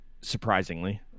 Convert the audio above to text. Surprisingly